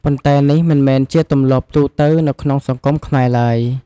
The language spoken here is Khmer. ប៉ុន្តែនេះមិនមែនជាទម្លាប់ទូទៅនៅក្នុងសង្គមខ្មែរឡើយ។